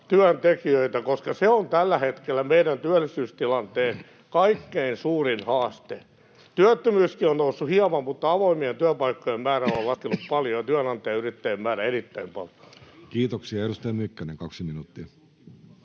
koska se on tällä hetkellä meidän työllisyystilanteen kaikkein suurin haaste. Työttömyyskin on noussut hieman, mutta avoimien työpaikkojen määrä on laskenut paljon ja työnantajayrittäjien määrä erittäin paljon. Kiitoksia. — Edustaja Mykkänen, kaksi minuuttia.